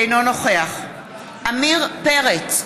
אינו נוכח עמיר פרץ,